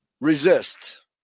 Resist